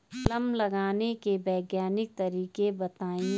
कमल लगाने के वैज्ञानिक तरीके बताएं?